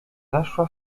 zaszła